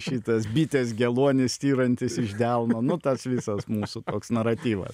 šitas bitės geluonis styrantis iš delno nu tas visas mūsų toks naratyvas